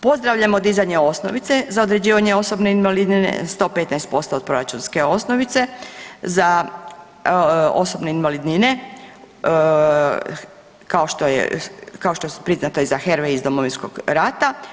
Pozdravljamo dizanje osnovice za određivanje osobne invalidnine 115% od proračunske osnovice za osobne invalidnine kao što su priznata i za HRVI iz Domovinskog rata.